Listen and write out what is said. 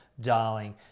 Darling